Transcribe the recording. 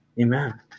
Amen